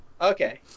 Okay